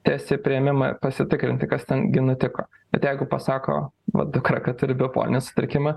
tiesiai į priėmimą pasitikrinti kas ten gi nutiko bet jeigu pasako va dukra kad turi bipolinį sutrikimą